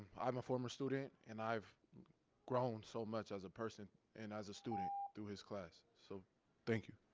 i'm a former student and i've grown so much as a person and as a student through his class. so thank you.